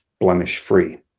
blemish-free